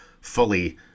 fully